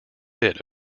hit